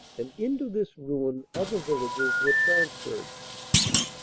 and into this ruin other villages were transferred.